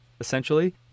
essentially